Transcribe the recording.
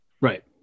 Right